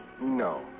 No